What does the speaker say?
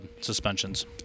suspensions